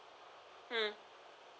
hmm